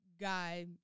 guy